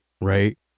right